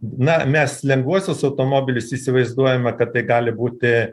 na mes lengvuosius automobilius įsivaizduojame kad tai gali būti